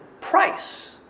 price